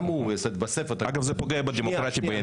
אגב, בעיניי זה פוגע בדמוקרטיה.